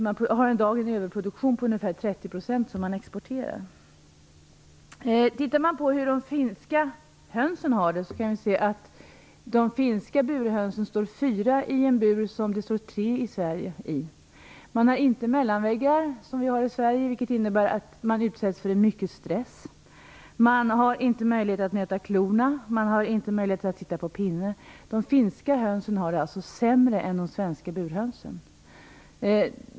De har i dag en överproduktion om ca 30 %, som exporteras. När man ser på hur de finska hönsen har det kan man konstatera att det står 4 finska höns i en bur där det i Sverige står 3 höns. I burarna har man inte mellanväggar, som vi har i Sverige. Det innebär att hönsen utsätts för mycket stress. Hönsen har inte möjlighet att nöta klorna och inte heller att sitta på pinne. De finska hönsen har det alltså sämre än de svenska burhönsen.